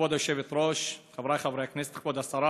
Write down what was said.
כבוד היושבת-ראש, חברי חברי הכנסת, כבוד השרה,